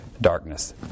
darkness